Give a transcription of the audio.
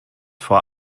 vor